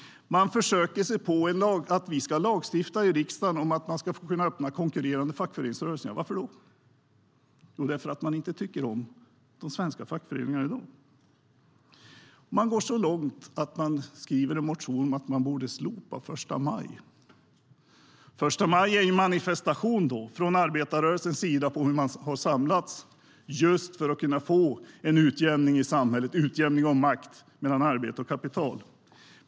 De försöker sig på att vi ska lagstifta i riksdagen om att man ska kunna starta konkurrerande fackföreningsrörelser. Varför då? Jo, därför att de inte tycker om de svenska fackföreningarna i dag. Sverigedemokraterna går så långt att de skriver i en motion att man borde slopa första maj. Första maj är en manifestation från arbetarrörelsens sida där man har samlats just för att kunna få en utjämning i samhället - en utjämning av makt mellan arbete och kapital.